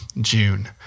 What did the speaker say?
June